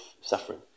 suffering